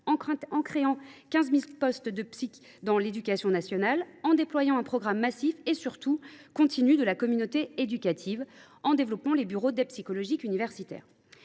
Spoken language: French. en ouvrant 15 000 postes de psychologue dans l’éducation nationale ; en déployant un programme massif, et surtout continu, de formation de la communauté éducative ; en développant les bureaux d’aide psychologique universitaire.